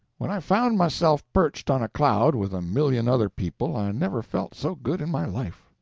when i found myself perched on a cloud, with a million other people, i never felt so good in my life.